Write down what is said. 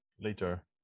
later